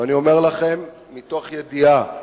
ואני אומר לכם מתוך ידיעה ברורה,